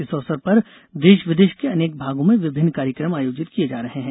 इस अवसर पर देश विदेश के अनेक भागों में विभिन्न कार्यक्रम आयोजित किए जा रहे हैं